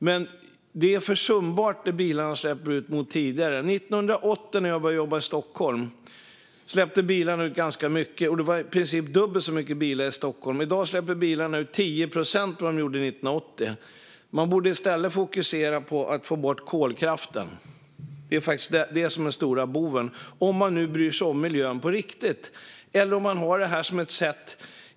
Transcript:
Men det bilarna släpper ut är försumbart jämfört med hur det var tidigare. År 1980 när jag började jobba i Stockholm släppte bilarna ut ganska mycket, och det var i princip dubbelt så mycket bilar i Stockholm. I dag släpper bilarna ut 10 procent av vad de gjorde 1980. Man borde i stället fokusera på att få bort kolkraften - det är faktiskt den som är den stora boven. Det borde man göra om man bryr sig om miljön på riktigt.